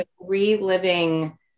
reliving